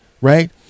Right